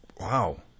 wow